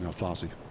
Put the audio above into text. ah fassi